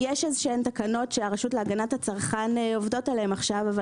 יש תקנות שהרשות להגנת הצרכן עובדות עליהן עכשיו אבל